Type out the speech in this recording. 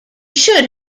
should